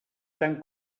tant